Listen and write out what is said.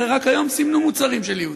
הרי רק היום סימנו מוצרים של יהודים.